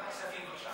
ועדת הכספים, בבקשה.